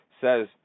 says